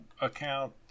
account